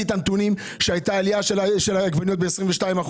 נתונים שהייתה עלייה של העגבניות ב-22%,